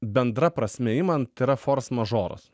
bendra prasme imant yra fors mažoras